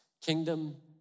kingdom